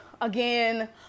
again